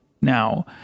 Now